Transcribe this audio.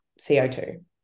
CO2